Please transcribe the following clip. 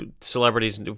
celebrities